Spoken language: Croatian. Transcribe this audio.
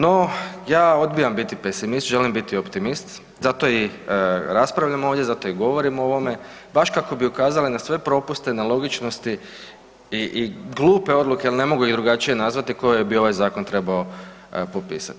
No, ja odbijam biti pesimist želim biti optimist zato i raspravljam ovdje, zato i govorim o ovome baš kako bi ukazali na sve propuste, nelogičnosti i glupe odluke jer ne mogu ih drugačije nazvati koje bi ovaj zakon trebao popisati.